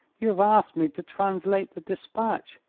you have asked me to translate the despatch.